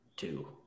Two